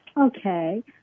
Okay